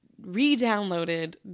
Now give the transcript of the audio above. re-downloaded